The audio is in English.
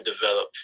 develop